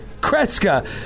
Kreska